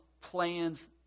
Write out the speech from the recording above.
plans